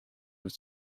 have